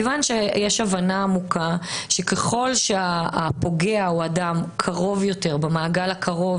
מכיוון שיש הבנה עמוקה שככל שהפוגע הוא אדם קרוב יותר במעגל הקרוב,